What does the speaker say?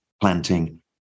planting